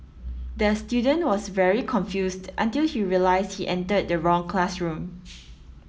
the student was very confused until he realised he entered the wrong classroom